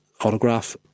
autograph